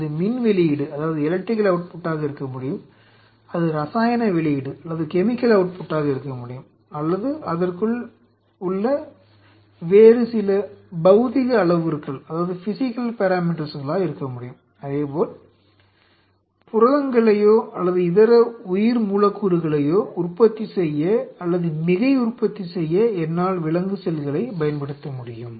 அது மின் வெளியீடாக இருக்க முடியும் அது இரசாயன வெளியீடாக இருக்க முடியும் அல்லது அதற்குள் உள்ள வேறு சில பௌதிக அளவுருக்களாக இருக்க முடியும் அதேபோல் புரதங்களையோ அல்லது இதர உயிர்மூலக்கூறுகளையோ உற்பத்தி செய்ய அல்லது மிகை உற்பத்தி செய்ய என்னால் விலங்கு செல்களை பயன்படுத்த முடியும்